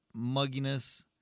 mugginess